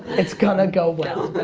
it's gonna go well.